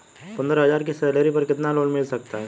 पंद्रह हज़ार की सैलरी पर कितना लोन मिल सकता है?